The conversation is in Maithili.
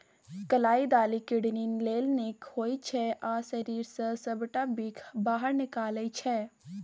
कलाइ दालि किडनी लेल नीक होइ छै आ शरीर सँ सबटा बिख बाहर निकालै छै